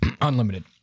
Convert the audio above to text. Unlimited